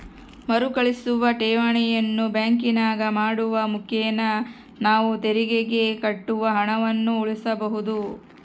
ಮರುಕಳಿಸುವ ಠೇವಣಿಯನ್ನು ಬ್ಯಾಂಕಿನಾಗ ಮಾಡುವ ಮುಖೇನ ನಾವು ತೆರಿಗೆಗೆ ಕಟ್ಟುವ ಹಣವನ್ನು ಉಳಿಸಬಹುದು